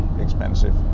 expensive